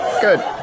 Good